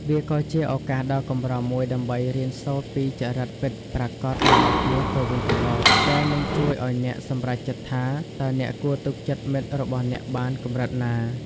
វាក៏ជាឱកាសដ៏កម្រមួយដើម្បីរៀនសូត្រពីចរិតពិតប្រាកដរបស់គ្នាទៅវិញទៅមក ដែលនឹងជួយឱ្យអ្នកសម្រេចចិត្តថា តើអ្នកគួរទុកចិត្តមិត្តរបស់អ្នកបានកម្រិតណា។